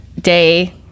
day